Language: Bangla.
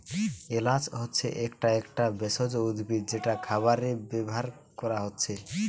এলাচ হচ্ছে একটা একটা ভেষজ উদ্ভিদ যেটা খাবারে ব্যাভার কোরা হচ্ছে